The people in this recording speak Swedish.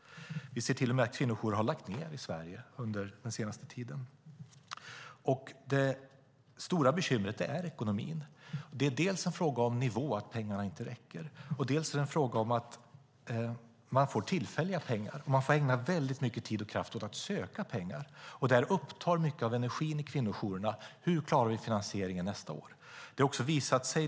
Vi ser till och med att kvinnojourer har lagts ned i Sverige under den senaste tiden. Det stora bekymret är ekonomin. Att pengarna inte räcker är dels en fråga om nivån, dels en fråga om att man får tillfälliga pengar. Man får ägna väldigt mycket tid och kraft åt att söka pengar. Mycket av energin i kvinnojourerna upptas av: Hur klarar vi finansieringen nästa år?